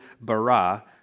bara